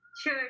Sure